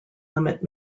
limit